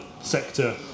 sector